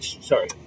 sorry